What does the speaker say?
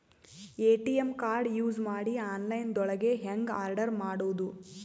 ATM card use ಮಾಡಿ online ದೊಳಗೆ ಹೆಂಗ್ ಆರ್ಡರ್ ಮಾಡುದು?